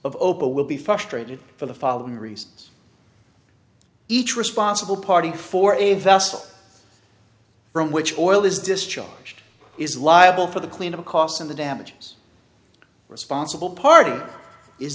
of opal will be frustrated for the following reasons each responsible party for a vessel from which oil is discharged is liable for the cleanup costs and the damages responsible party is